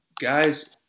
guys